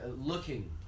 Looking